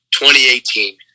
2018